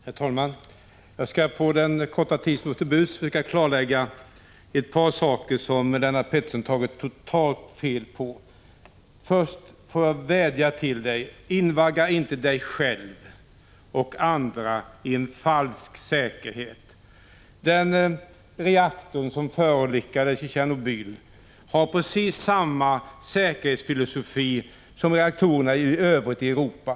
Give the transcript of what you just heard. Herr talman! Jag skall på den korta tid som står mig till buds försöka klarlägga ett par saker där Lennart Pettersson tagit totalt miste. Först får jag vädja till er: Invagga inte er själva och andra i falsk säkerhet! Den reaktor som förolyckades i Tjernobyl bygger på precis samma säkerhetsfilosofi som reaktorerna i det övriga Europa.